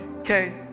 okay